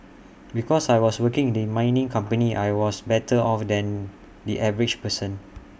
because I was working in the mining company I was better off than the average person